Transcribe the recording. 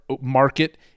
market